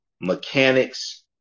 mechanics